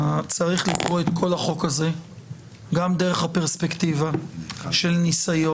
צריך לקרוא את כל החוק הזה גם דרך הפרספקטיבה של ניסיון